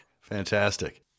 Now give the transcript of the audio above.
Fantastic